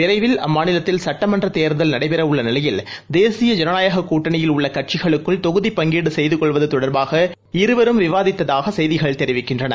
விரைவில் அம்மாநிலத்தில் சட்டமன்றத் தேர்தல் நடைபெறவுள்ள நிலையில் தேசிய ஜனநாயக கூட்டனியில் உள்ள கட்சிகளுக்குள் தொகுதிப் பங்கீடு செய்து கொள்வது தொடர்பாக இருவரும் விவாதித்ததாக செய்திகள் தெரிவிக்கின்றன